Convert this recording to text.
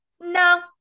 no